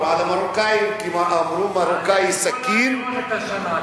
אם אנחנו נזכיר עוד